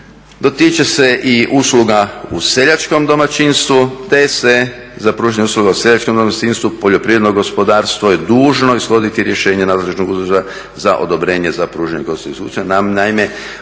dotiče se i usluga u seljačkom domaćinstvu, te se za pružanje usluga u seljačkom domaćinstvu poljoprivredno gospodarstvo je dužno ishoditi rješenje nadležnog ureda za odobrenje za pružanje